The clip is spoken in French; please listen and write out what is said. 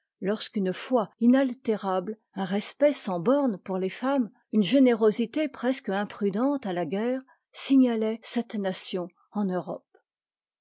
lorsqu'une foi inaltérable un respect sans bornes pour jes femmes une générosité presque imprudente à a guerre signalaient cette nation en europe